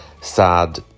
sad